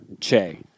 Che